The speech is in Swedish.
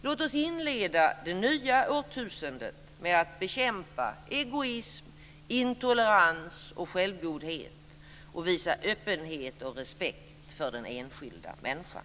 Låt oss inleda det nya årtusendet med att bekämpa egoism, intolerans och självgodhet och visa öppenhet och respekt för den enskilda människan.